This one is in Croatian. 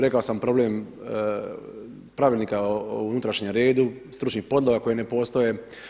Rekao sam problem pravilnika o unutrašnjem redu, stručnih podloga koje ne postoje.